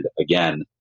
again